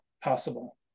possible